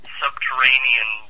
subterranean